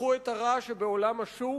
לקחו את הרע שבעולם השוק,